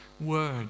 word